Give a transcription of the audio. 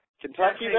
Kentucky